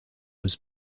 was